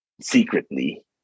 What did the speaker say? secretly